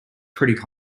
pretty